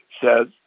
says